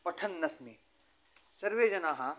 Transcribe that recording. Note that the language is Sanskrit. पठन्नस्मि सर्वेजनाः